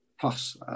plus